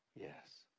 Yes